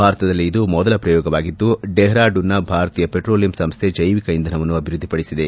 ಭಾರತದಲ್ಲಿ ಇದು ಮೊದಲ ಪ್ರಯೋಗವಾಗಿದ್ದು ಡೆಹರಾಡೂನ್ನ ಭಾರತೀಯ ಪೆಟ್ರೋಲಿಯಂ ಸಂಸ್ಟೆ ಜೈವಿಕ ಇಂಧನವನ್ನು ಅಭಿವೃದ್ದಿಪಡಿಸಿದೆ